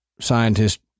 scientists